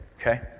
Okay